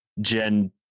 Gen